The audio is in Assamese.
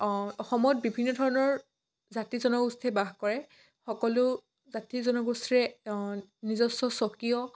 অসমত বিভিন্ন ধৰণৰ জাতি জনগোষ্ঠীয়ে বাস কৰে সকলো জাতি জনগোষ্ঠীৰে নিজস্ব স্বকীয়